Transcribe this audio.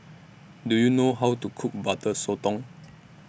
Do YOU know How to Cook Butter Sotong